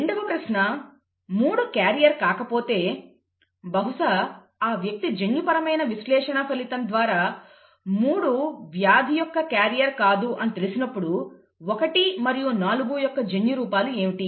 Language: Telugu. రెండవ ప్రశ్న 3 క్యారియర్ కాకపోతే బహుశా ఆ వ్యక్తి జన్యుపరమైన విశ్లేషణ ఫలితం ద్వారా 3 వ్యాధి యొక్క క్యారియర్ కాదు అని తెలిసినప్పుడు 1 మరియు 4 యొక్క జన్యు రూపాలు ఏమిటి